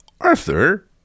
Arthur